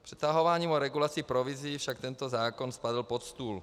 Přetahováním o regulaci provizí však tento zákon spadl pod stůl.